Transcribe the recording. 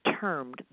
termed